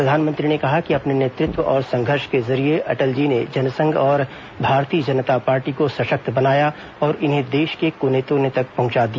प्रधानमंत्री ने कहा कि अपने नेतृत्व और संघर्ष के ज़रिए अटल जी ने जनसंघ और भारतीय जनता पार्टी को सशक्त बनाया और इन्हें देश के कोने कोने तक पहुंचा दिया